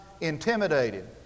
intimidated